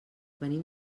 venim